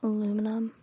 Aluminum